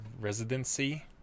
residency